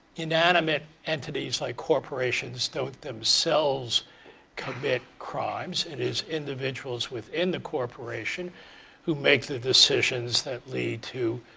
inanimate entities like corporations don't themselves commit crimes. it is individuals within the corporation who makes the decisions that lead to